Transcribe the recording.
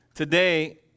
Today